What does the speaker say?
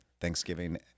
Thanksgiving